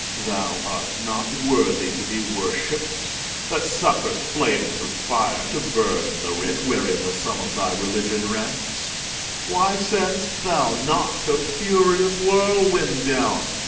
thou art not worthy to be worshipped that suffer'st flames of fire to burn the writ wherein the sum of thy religion rests why send'st thou not a furious whirlwind down,